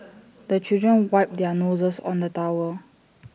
the children wipe their noses on the towel